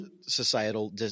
societal